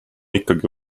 ikkagi